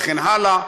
וכן הלאה.